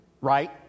right